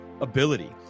ability